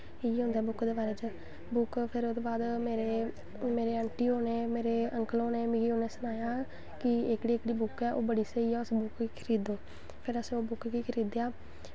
इ'यै होंदा बुक्क दे बारे च फिर मेरे आंटी होरें मेरे अंकल होरें मिगी सनाया कि एह्कड़ी एह्कड़ी बुक्क ऐ ओह् बड़ी स्हेई ऐ उस्सी खरीदो फिर असें ओह् बुक्क गी खरीदेआ